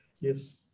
Yes